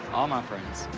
all my friends.